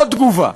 עוד תגובה: